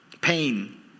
pain